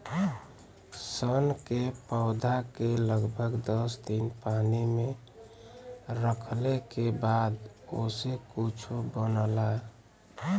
सन के पौधा के लगभग दस दिन पानी में रखले के बाद ओसे कुछो बनला